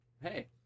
hey